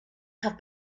have